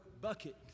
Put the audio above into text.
bucket